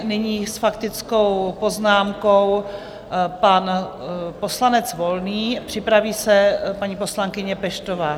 Nyní s faktickou poznámkou pan poslanec Volný, připraví se paní poslankyně Peštová.